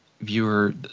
viewer